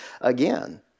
again